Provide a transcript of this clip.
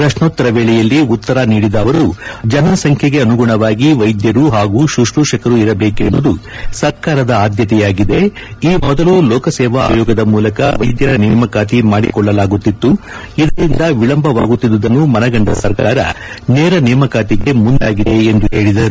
ಪ್ರಶ್ನೋತ್ತರ ವೇಳೆಯಲ್ಲಿ ಉತ್ತರ ನೀಡಿದ ಅವರು ಜನಸಂಖ್ಯೆಗೆ ಅನುಗುಣವಾಗಿ ವೈದ್ಯರು ಹಾಗೂ ಶುಶ್ರೂಷಕರು ಇರಬೇಕೆಂಬುದು ಸರ್ಕಾರದ ಆದ್ಯತೆಯಾಗಿದೆ ಈ ಮೊದಲು ಲೋಕಸೇವಾ ಆಯೋಗದ ಮೂಲಕ ವೈದ್ಯರ ನೇಮಕಾತಿ ಮಾಡಿಕೊಳ್ಳಲಾಗುತ್ತಿತ್ತು ಇದರಿಂದ ವಿಳಂಬವಾಗುತ್ತಿದ್ದುದನ್ನು ಮನಗಂದ ಸರ್ಕಾರ ನೇರ ನೇಮಕಾತಿಗೆ ಮುಂದಾಗಿದೆ ಎಂದು ಹೇಳಿದರು